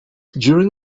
during